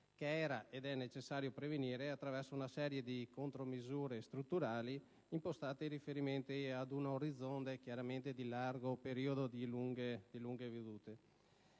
che era ed è necessario prevenire attraverso una serie di contromisure strutturali impostate in riferimento ad un orizzonte di largo periodo e di ampie vedute.